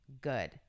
good